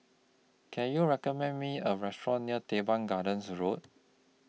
Can YOU recommend Me A Restaurant near Teban Gardens Road